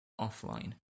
offline